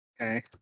Okay